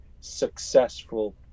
successful